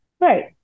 Right